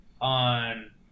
on